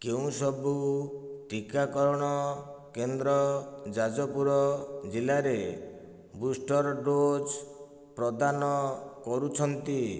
କେଉଁ ସବୁ ଟିକାକରଣ କେନ୍ଦ୍ର ଯାଜପୁର ଜିଲ୍ଲାରେ ବୁଷ୍ଟର୍ ଡ଼ୋଜ୍ ପ୍ରଦାନ କରୁଛନ୍ତି